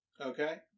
Okay